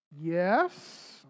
Yes